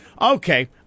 Okay